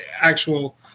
actual